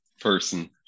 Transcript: person